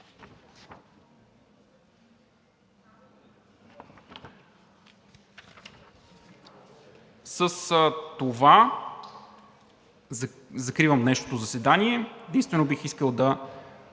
С това закривам днешното заседание. Единствено бих искал да